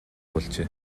болжээ